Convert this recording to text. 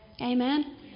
Amen